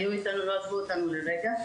הם היו אתנו ולא עזבו אותנו לרגע.